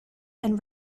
and